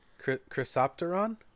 Chrysopteron